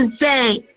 say